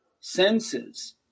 senses